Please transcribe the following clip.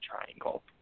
triangle